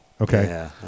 okay